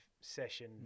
session